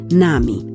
nami